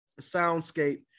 soundscape